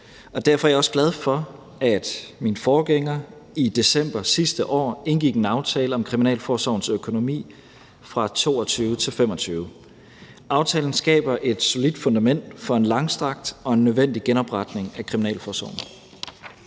Derfor er jeg også glad for, at min forgænger i december sidste år indgik en aftale om kriminalforsorgens økonomi fra 2022-2025. Aftalen skaber et solidt fundament for en langstrakt og nødvendig genopretning af kriminalforsorgen.